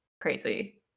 crazy